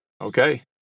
Okay